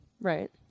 right